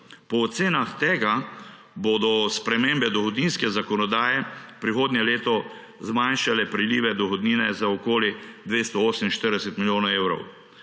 Po ocenah tega bodo spremembe dohodninske zakonodaje prihodnje leto zmanjšale prilive dohodnine za okoli 248 milijonov evrov,